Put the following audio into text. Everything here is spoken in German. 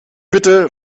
bitte